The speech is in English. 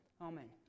Amen